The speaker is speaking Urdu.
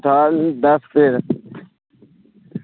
دال دس پیڑ